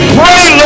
pray